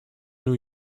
new